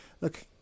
look